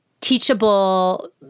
teachable